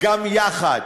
גם יחד.